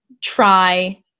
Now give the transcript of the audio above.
try